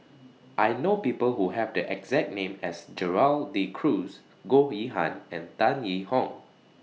I know People Who Have The exact name as Gerald De Cruz Goh Yihan and Tan Yee Hong